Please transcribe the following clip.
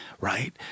right